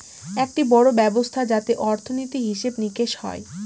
একটি বড়ো ব্যবস্থা যাতে অর্থনীতি, হিসেব নিকেশ হয়